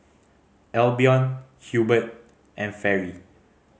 Albion Hubert and Fairy